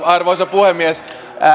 arvoisa puhemies